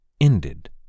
ended